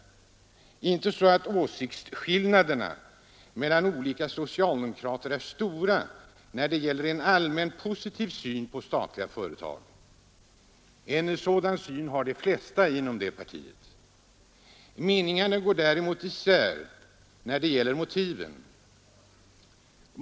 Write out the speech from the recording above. Inte så att åsiktsskillnaderna mellan olika socialdemokrater är stora, när det gäller en allmänt positiv syn på statliga företag. En sådan syn har de flesta inom detta parti. Meningarna går däremot isär när det gäller motiven.